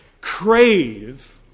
crave